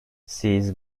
siz